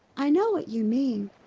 i know what you mean.